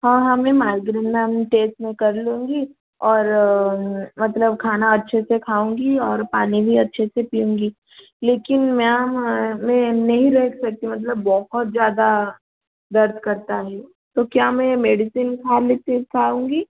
हाँ हाँ ma'am migraine ma'am test मैं कर लूँगी और मतलब खाना अच्छे से खाऊँगी और पानी भी अच्छे से पियूँगी लेकिन मैम मैं नहीं रह सकती मतलब बहुत ज़्यादा दर्द करता है तो क्या मैं मेडिसिन ख़ाली पेट खाऊँगी